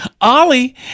Ollie